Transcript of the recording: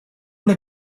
una